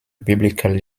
biblical